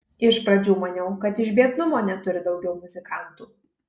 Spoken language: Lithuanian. iš pradžių maniau kad iš biednumo neturi daugiau muzikantų